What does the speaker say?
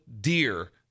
deer